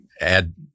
add